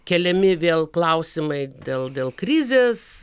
keliami vėl klausimai dėl dėl krizės